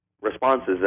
responses